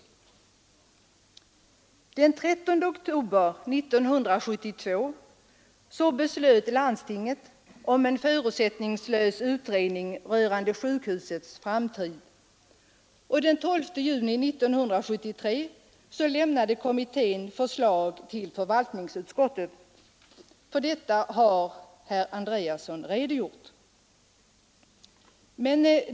Den 13 oktober 1972 beslöt landstinget om en förutsättningslös utredning rörande sjukhusets framtid, och den 12 juni 1973 lämnade kommittén förslag till förvaltningsutskottet. För detta har herr Andreasson redogjort.